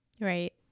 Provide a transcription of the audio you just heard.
Right